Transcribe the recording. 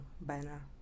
banner